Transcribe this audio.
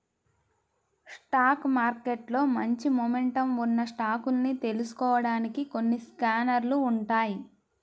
stock మార్కెట్లో మంచి momentum ఉన్న స్టాకుల్ని తెలుసుకోడానికి కొన్ని స్కానర్లు ఉంటాయ్